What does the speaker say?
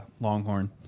Longhorn